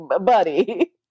buddy